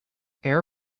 air